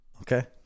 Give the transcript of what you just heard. Okay